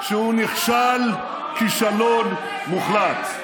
שהוא נכשל כישלון מוחלט.